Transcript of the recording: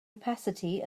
opacity